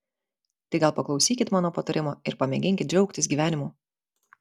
tai gal paklausykit mano patarimo ir pamėginkit džiaugtis gyvenimu